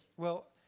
well,